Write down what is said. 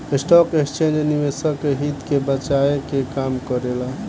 stock exchange निवेशक के हित के बचाये के काम करेला